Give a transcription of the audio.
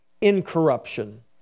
incorruption